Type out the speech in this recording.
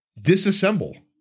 disassemble